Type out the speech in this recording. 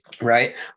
right